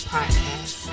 Podcast